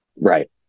Right